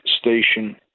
station